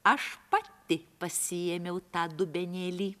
aš pati pasiėmiau tą dubenėlį